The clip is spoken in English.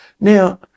Now